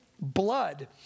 blood